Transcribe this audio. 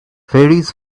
faeries